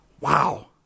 Wow